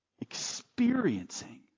experiencing